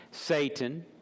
satan